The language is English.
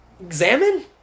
Examine